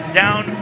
down